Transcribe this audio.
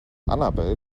annabel